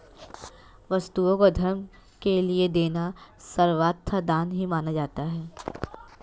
वस्तुओं को धर्म के लिये देना सर्वथा दान ही माना जाता है